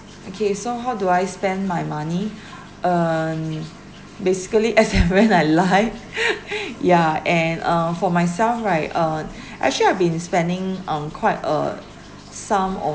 okay so how do I spend my money um basically as and when I like yeah and uh for myself right uh actually I've been spending on quite a sum of